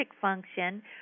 function